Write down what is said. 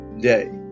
day